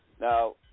Now